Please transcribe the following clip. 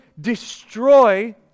destroy